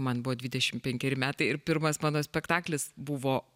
man buvo dvidešimt penkeri metai ir pirmas mano spektaklis buvo